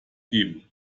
geben